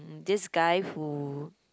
this guy who